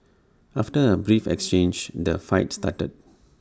after A brief exchange the fight started